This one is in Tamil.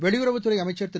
வெளியுறவுத்துறை அமைச்சர் திரு